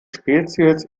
spezies